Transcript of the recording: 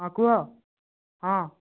ହଁ କୁହ ହଁ